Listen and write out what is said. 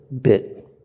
bit